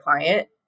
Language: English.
client